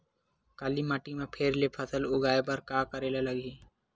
काली माटी म फेर ले फसल उगाए बर का करेला लगही?